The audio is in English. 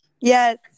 Yes